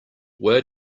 where